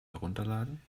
herunterladen